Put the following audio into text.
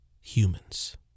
humans